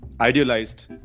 idealized